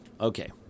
Okay